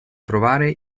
trovare